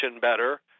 better